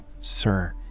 sir